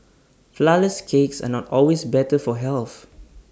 Flourless Cakes are not always better for health